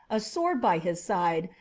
a sword by his side,